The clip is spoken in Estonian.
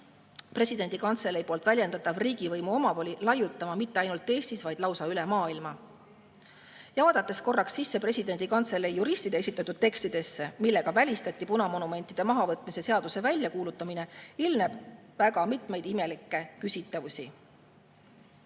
presidendi kantselei poolt väljendatav riigivõimu omavoli laiutama mitte ainult Eestis, vaid lausa üle maailma. Ja vaadates korraks sisse presidendi kantselei juristide esitatud tekstidesse, millega välistati punamonumentide mahavõtmise seaduse väljakuulutamine, ilmneb väga mitmeid imelikke küsitavusi.